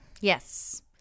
Yes